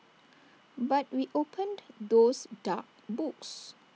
but we opened those dark books